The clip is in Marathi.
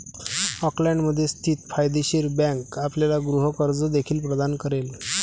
ऑकलंडमध्ये स्थित फायदेशीर बँक आपल्याला गृह कर्ज देखील प्रदान करेल